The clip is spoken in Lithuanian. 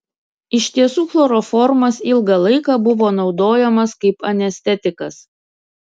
iš tiesų chloroformas ilgą laiką buvo naudojamas kaip anestetikas